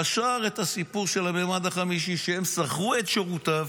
קשר את הסיפור לממד החמישי, שהם שכרו את שירותיו